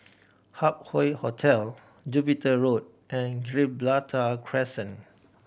Hup Hoe Hotel Jupiter Road and Gibraltar Crescent